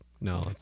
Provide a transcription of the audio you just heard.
No